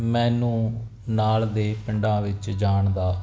ਮੈਨੂੰ ਨਾਲ ਦੇ ਪਿੰਡਾਂ ਵਿੱਚ ਜਾਣ ਦਾ